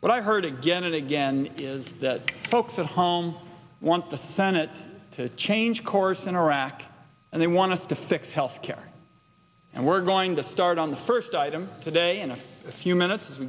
but i heard again and again is that folks at home want the senate to change course in iraq and they want to fix health care and we're going to start on the first item today in a few minutes as we